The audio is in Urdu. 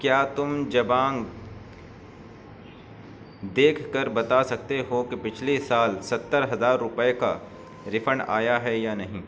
کیا تم جبانگ دیکھ کر بتا سکتے ہو کہ پچھلے سال ستر روپئے کا ریفنڈ آیا ہے یا نہیں